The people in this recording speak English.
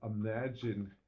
Imagine